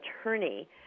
attorney